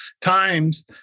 times